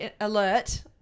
alert